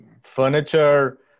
furniture